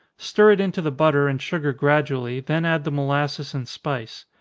stir it into the butter and sugar gradually, then add the molasses and spice.